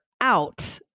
out